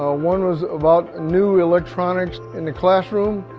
ah one was about new electronics in the classroom.